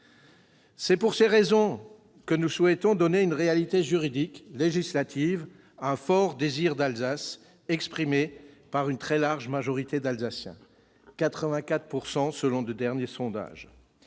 C'est pour ces raisons que nous souhaitons donner une réalité juridique, législative, à un fort « désir d'Alsace », exprimé par une très large majorité d'Alsaciens, 84 % selon les derniers sondages.